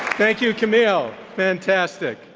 thank you camille, fantastic.